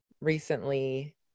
recently